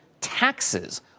taxes